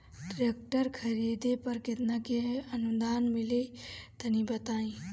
Tractor खरीदे पर कितना के अनुदान मिली तनि बताई?